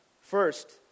First